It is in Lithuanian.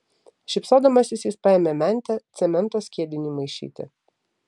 šypsodamasis jis paėmė mentę cemento skiediniui maišyti